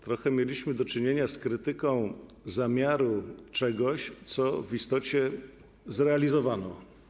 Trochę mieliśmy do czynienia z krytyką zamiaru czegoś, co w istocie zrealizowano.